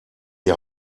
die